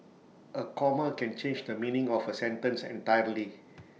A comma can change the meaning of A sentence entirely